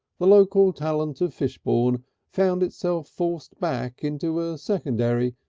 the local talent of fishbourne found itself forced back into a secondary,